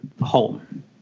home